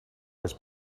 was